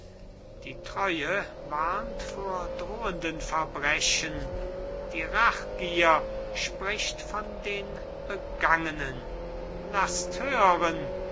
die treue warnt vor drohenden verbrechen die rachgier spricht von den begangenen laßt hören